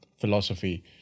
philosophy